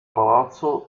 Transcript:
palazzo